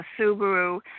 Subaru